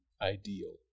ideal